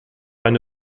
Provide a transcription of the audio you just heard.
eine